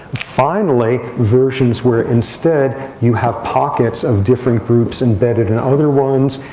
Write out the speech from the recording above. finally, versions where instead you have pockets of different groups embedded in other ones.